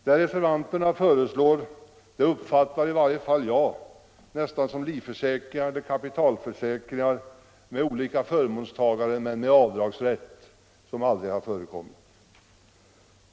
Det reservanterna föreslår uppfattar i varje fall jag nästan som livförsäkringar eller kapitalförsäkringar med olika förmånstagare men med avdragsrätt, vilket aldrig har förekommit.